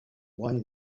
why